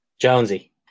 Jonesy